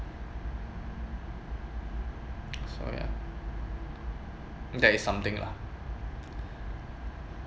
sorry ah that is something lah